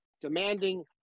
demanding